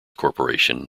corporation